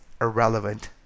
irrelevant